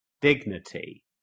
dignity